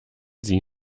sie